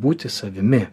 būti savimi